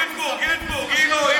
גינזבורג, גינזבורג.